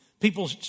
People